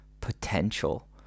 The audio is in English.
potential